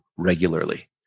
regularly